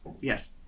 yes